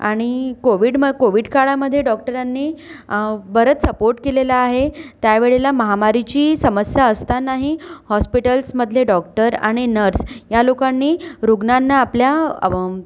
आणि कोविड म कोविड काळामधे डॉक्टरांनी बराच सपोर्ट केलेला आहे त्यावेळेला महामारीची समस्या असतानाही हॉस्पिटल्समधले डॉक्टर आणि नर्स या लोकांनी रुग्णांना आपल्या